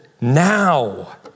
now